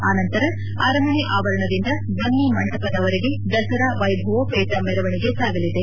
ಆನಂತರ ಅರಮನೆ ಆವರಣದಿಂದ ಬನ್ನಿ ಮಂಟಪದವರೆಗೆ ದಸರಾ ವೈಭವೋಪೇತ ಮೆರವಣಿಗೆ ಸಾಗಲಿದೆ